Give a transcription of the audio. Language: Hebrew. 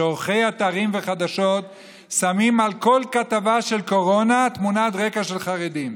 שעורכי אתרים וחדשות שמים על כל כתבה של קורונה תמונת רקע של חרדים,